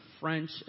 French